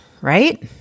right